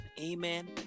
amen